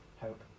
Hope